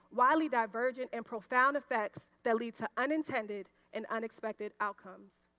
widely divergentant profound effects that lead to unintended and unintended outcomes.